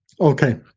okay